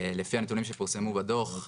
לפי הנתונים שפורסמו בדוח,